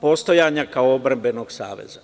postojanja kao odbrambenog saveza.